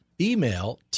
Email